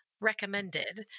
recommended